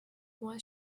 what